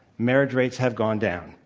marriage rates have gone down.